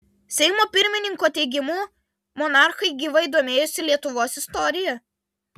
seimo pirmininko teigimu monarchai gyvai domėjosi lietuvos istorija